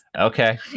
Okay